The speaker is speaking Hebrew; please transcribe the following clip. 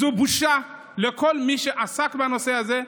זו בושה לכל מי שעסק בנושא הזה.